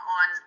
on